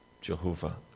Jehovah